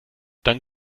dann